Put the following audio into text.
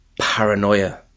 paranoia